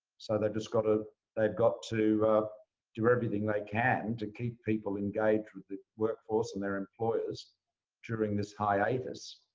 so they've just got to they've got to do everything they can to keep people engaged with the workforce and their employers during this hiatus.